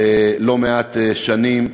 לא מעט שנים.